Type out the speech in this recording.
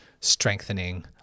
strengthening